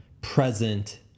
present